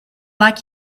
like